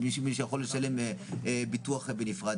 מי שיכול לשלם ביטוח בנפרד,